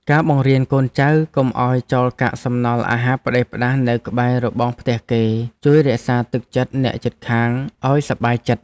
ការបង្រៀនកូនចៅកុំឱ្យចោលកាកសំណល់អាហារផ្តេសផ្តាសនៅក្បែររបងផ្ទះគេ ជួយរក្សាទឹកចិត្តអ្នកជិតខាងឱ្យសប្បាយចិត្ត។